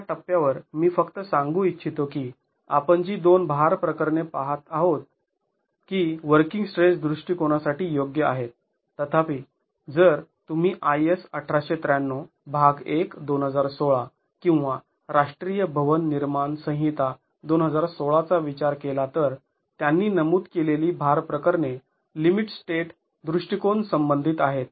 या टप्प्यावर मी फक्त सांगू इच्छितो की आपण जी दोन भार प्रकरणे पाहत आहोत की वर्किंग स्ट्रेस दृष्टिकोनासाठी योग्य आहेत तथापि जर तुम्ही IS १८९३ भाग १ २०१६ किंवा राष्ट्रीय भवन निर्माण संहिता २०१६ चा विचार केला तर त्यांनी नमूद केलेली भार प्रकरणे लिमिट स्टेट दृष्टिकोन संबंधित आहेत